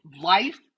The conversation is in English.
life